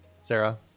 Sarah